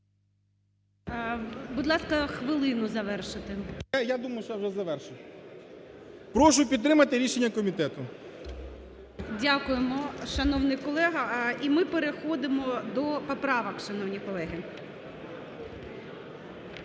Дякуємо, шановний колега. І ми переходимо до поправок, шановні колеги.